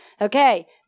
Okay